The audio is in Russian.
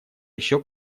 еще